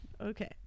Okay